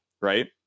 Right